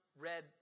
read